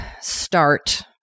start